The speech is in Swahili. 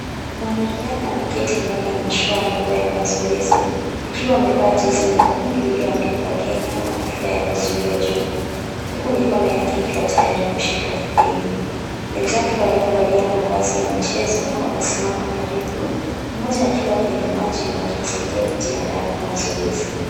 Mwanariadha ameketi ndani ya mashua ndogo ya mazoezi akiwa amevaa jezi nyekundu iliyoandikwa Kenya na kofia ya kuzuia jua, huku mikono yake ikiwa tayari kushika vipini. Wenzake waliovalia mavazi ya michezo wamesimama karibu, mmoja akiwa kwenye maji wakimsaidia kujiandaa kwa mazoezi.